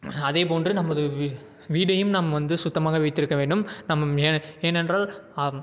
அதேபோன்று நமது வீ வீடையும் நாம் வந்து சுத்தமாக வைத்திருக்க வேண்டும் நம்மம் ஏ ஏனென்றால் ஆம்